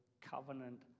covenant